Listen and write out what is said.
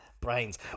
Brains